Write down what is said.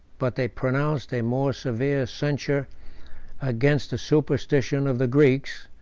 but they pronounced a more severe censure against the superstition of the greeks,